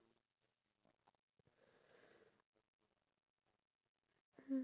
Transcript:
so you are at this position if you make choice A and B